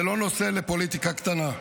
זה לא נושא לפוליטיקה קטנה.